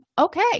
okay